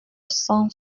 cent